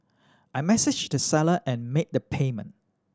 I messaged the seller and made the payment